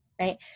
Right